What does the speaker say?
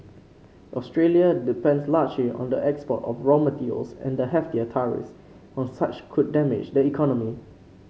Australia depends largely on the export of raw materials and heftier tariffs on such could damage the economy